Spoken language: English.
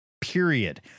period